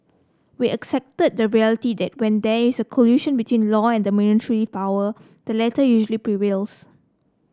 we accept the reality that when there is a collision between law and military power the latter usually prevails